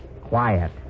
Quiet